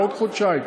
לעוד חודשיים,